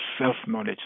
self-knowledge